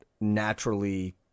naturally